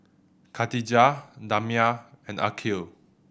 Katijah Damia and Aqil